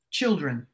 Children